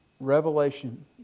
Revelation